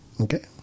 Okay